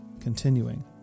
continuing